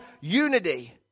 unity